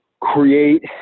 create